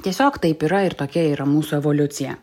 tiesiog taip yra ir tokia yra mūsų evoliucija